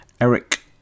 Eric